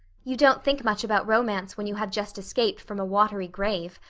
you don't think much about romance when you have just escaped from a watery grave.